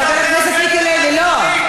חבר הכנסת מיקי לוי, לא.